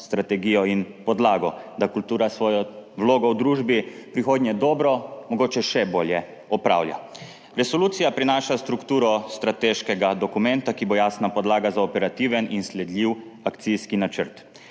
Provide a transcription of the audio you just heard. strategijo in podlago, da kultura svojo vlogo v družbi v prihodnje dobro, mogoče še bolje opravlja. Resolucija prinaša strukturo strateškega dokumenta, ki bo jasna podlaga za operativen in sledljiv akcijski načrt.